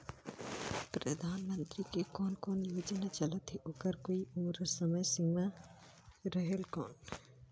परधानमंतरी के कोन कोन योजना चलत हे ओकर कोई उम्र समय सीमा रेहेल कौन?